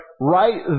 right